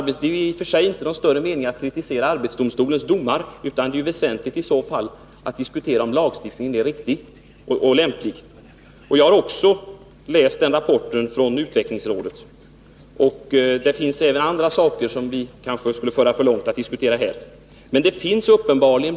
Det är i och för sig inte meningsfullt att kritisera arbetsdomstolens domar, utan väsentligt är i så fall att diskutera huruvida lagstiftningen är riktig och lämplig. Jag har läst den rapport från utvecklingsrådet som Hans Gustafsson nämnde. Det finns även andra saker som man skulle kunna ta upp men som det kanske skulle föra för långt att diskutera här.